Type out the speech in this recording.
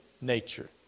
nature